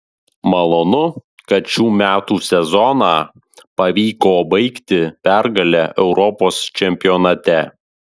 malonu kad šių metų sezoną pavyko baigti pergale europos čempionate